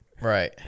Right